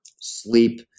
sleep